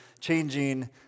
changing